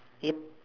yep